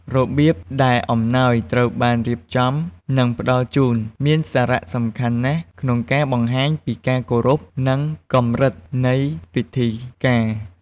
របៀបដែលអំណោយត្រូវបានរៀបចំ និងផ្តល់ជូន មានសារៈសំខាន់ណាស់ក្នុងការបង្ហាញពីការគោរព និងកម្រិតនៃពិធីការ។